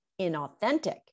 inauthentic